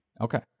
Okay